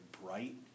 bright